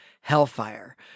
hellfire